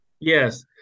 Yes